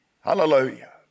Hallelujah